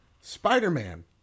Spider-Man